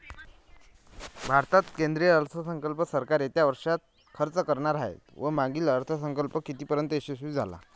भारतात केंद्रीय अर्थसंकल्प सरकार येत्या वर्षात खर्च करणार आहे व मागील अर्थसंकल्प कितीपर्तयंत यशस्वी झाला